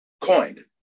coined